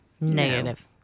Negative